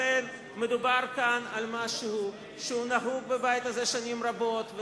לכן מדובר כאן על משהו שנהוג בבית הזה שנים רבות,